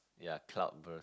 ya cloud burst